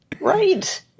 Right